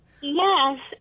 Yes